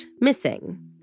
missing